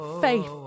faith